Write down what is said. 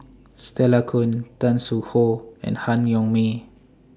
Stella Kon Tan Soo Khoon and Han Yong May